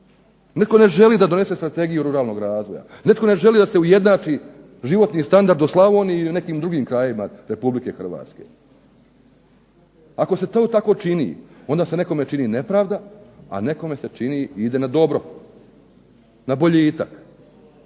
netko ne želi da donese Strategiju ruralnog razvoja, netko ne želi da se ujednači životni standard u Slavoniji i u nekim drugim krajevima Republike Hrvatske. Ako se to tako čini onda se nekome čini nepravda, a nekome se ide na dobro, na boljitak.